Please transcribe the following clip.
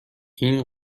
این